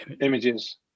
images